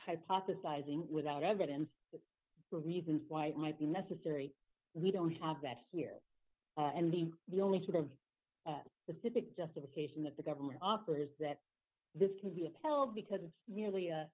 hypothesizing without evidence the reasons why it might be necessary but we don't have that here and being the only sort of the pacific justification that the government offers that this can be upheld because it's really a